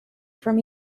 from